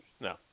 no